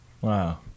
Wow